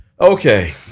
Okay